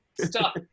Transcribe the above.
Stop